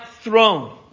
throne